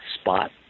spot